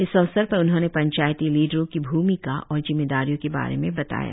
इस अवसर पर उन्होंने पंचायती लिडरो की भूमिका और जिम्मेदारियों के बारे में बताया